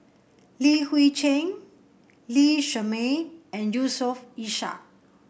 Li Hui Cheng Lee Shermay and Yusof Ishak